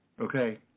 Okay